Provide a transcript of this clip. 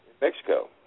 Mexico